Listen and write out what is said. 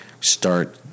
start